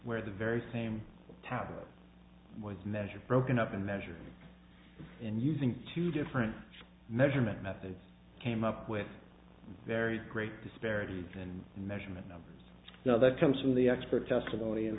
where the very same type was measured broken up and measured and using two different measurement methods came up with very great disparity and measurement numbers now that comes from the expert testimony